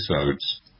episodes